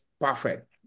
perfect